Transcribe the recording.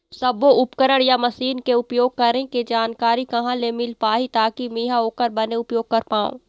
सब्बो उपकरण या मशीन के उपयोग करें के जानकारी कहा ले मील पाही ताकि मे हा ओकर बने उपयोग कर पाओ?